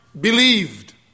believed